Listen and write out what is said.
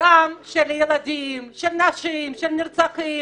הדם של ילדים, של נשים, של נרצחים